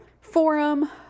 forum